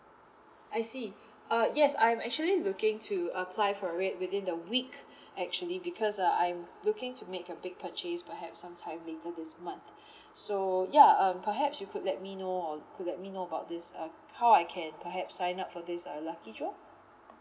I see uh yes I'm actually looking to apply for it within a week actually because uh I'm looking to make a big purchase perhaps some time later this month so ya um perhaps you could let me know uh could let me know about this uh how I can perhaps sign up for this uh lucky draw